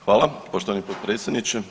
Hvala poštovani potpredsjedniče.